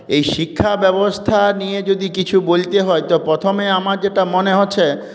এই শিক্ষা ব্যবস্থা নিয়ে যদি কিছু বলতে হয় তো প্রথমে আমার যেটা মনে হচ্ছে